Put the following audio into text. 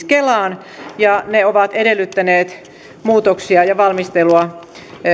kelaan ja ne ovat edellyttäneet muutoksia ja valmistelua